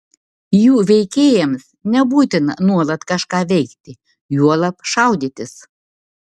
jų veikėjams nebūtina nuolat kažką veikti juolab šaudytis